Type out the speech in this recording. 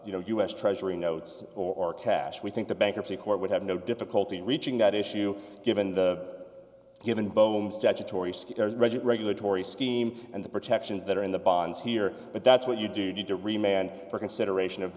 you know us treasury notes or cash we think the bankruptcy court would have no difficulty in reaching that issue given the given boehm statutory scheme regulatory scheme and the protections that are in the bonds here but that's what you do need to remain for consideration of